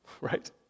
right